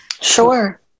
Sure